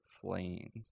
Flames